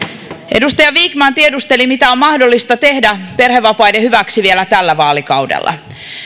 edustaja vikman tiedusteli mitä on mahdollista tehdä perhevapaiden hyväksi vielä tällä vaalikaudella